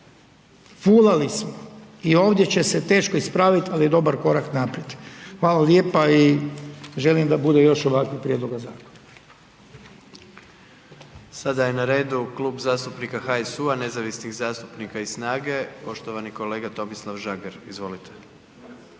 fulali smo. I ovdje će se teško ispraviti, ali je dobar korak naprijed. Hvala lijepa i želim da bude još ovakvih prijedloga zakona.